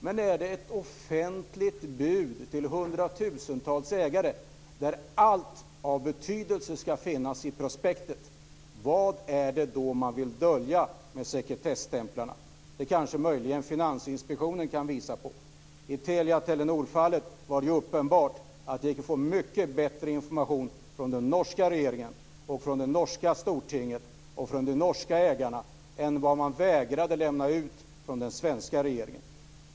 Men nu är det ett offentligt bud till hundratusentals ägare där allt av betydelse ska finnas i prospektet. Vad är det då man vill dölja med sekretesstämplarna? Kan möjligen Finansinspektionen visa på det? I Telia-Telenor-fallet var det uppenbart att det gick att få mycket bättre information från den norska regeringen, från det norska Stortinget och från de norska ägarna än från den svenska regeringen. Där vägrade man att lämna ut den.